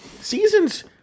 Seasons